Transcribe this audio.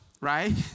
right